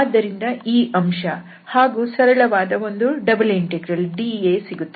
ಆದ್ದರಿಂದ ಈ ಅಂಶ ಹಾಗೂ ಸರಳವಾದ ಒಂದು ಡಬಲ್ ಇಂಟೆಗ್ರಲ್ dA ಸಿಗುತ್ತದೆ